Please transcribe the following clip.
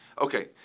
Okay